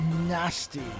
nasty